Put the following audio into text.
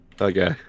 Okay